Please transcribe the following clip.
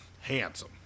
Handsome